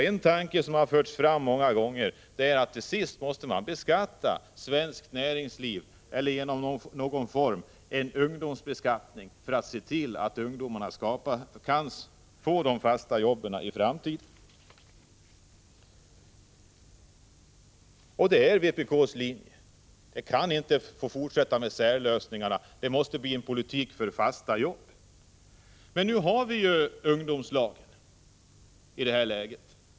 En tanke som förts fram många gånger är att man till sist måste beskatta svenskt näringsliv, eller införa någon form av ungdomsbeskattning, för att se till att ungdomarna kan få fasta jobb i framtiden. Och det är vpk:s linje. Vi kan inte fortsätta med särlösningarna. Det måste bli en politik för fasta jobb. Men i det här läget har vi ju ungdomslagen.